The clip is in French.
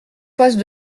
poste